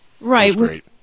right